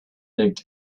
looked